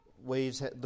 waves